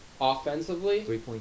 Offensively